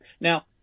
Now